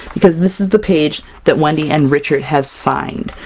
because this is the page that wendy and richard have signed!